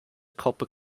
copper